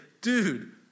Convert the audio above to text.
dude